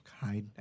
kindness